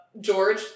George